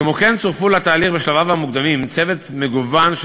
כמו כן צורפו לתהליך בשלביו המוקדמים צוות מגוון של